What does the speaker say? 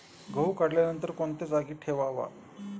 गहू काढल्यानंतर कोणत्या जागी ठेवावा?